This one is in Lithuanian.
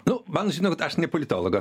nu man žinokit aš ne politologas